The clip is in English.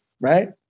right